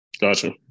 Gotcha